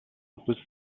was